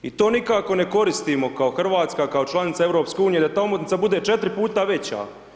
I to nikako ne koristimo kao Hrvatska, kao članica EU, da ta omotnica bude 4 puta veća.